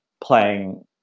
playing